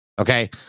Okay